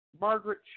Margaret